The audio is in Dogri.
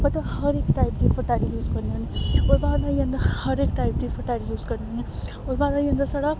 मतलब हर इक टाइप दी फर्टाइल यूज करनी होन्नी ओह्दे बाद आई जंदा हर इक टाइप दी फर्टाइल यूज करनी ओह्दे बाद आई जंदा साढ़ा